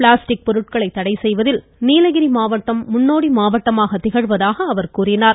plastic பொருட்களை தடை செய்வதில் நீலகிரி மாவட்டம் முன்னோடி மாவட்டமாக திகழ்வதாக அவர் கூறினார்